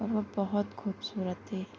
اور وہ بہت خوبصورت تھی